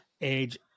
age